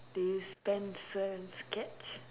they spend some sketch